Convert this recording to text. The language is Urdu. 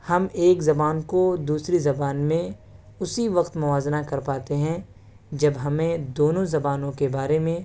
ہم ایک زبان کو دوسری زبان میں اسی وقت موازنہ کر پاتے ہیں جب ہمیں دونوں زبانوں کے بارے میں